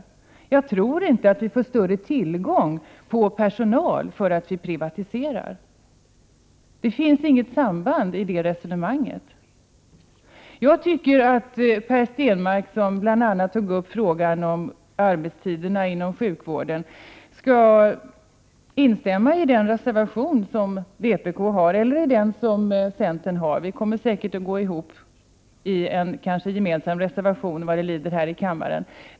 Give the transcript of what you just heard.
Vi får inte större tillgång på personal bara därför Prot. 1988/89:105 att vi privatiserar. Här finns det inget samband. Jag tycker att Per Stenmarck, 27 april 1989 som bl.a. har tagit upp frågan om arbetstiderna inom sjukvården, skall instämma i den reservation som vpk har eller i den som centern har. Vpk och centern kommer säkert att gå samman, kanske vad det lider bakom en gemensam reservation här i kammaren.